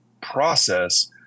process